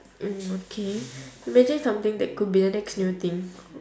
mm okay imagine something that could be the next new thing